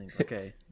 Okay